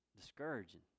discouraging